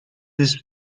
this